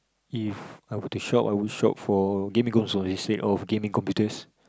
If I were to show up I would show up for gaming girls or they say or gaming computers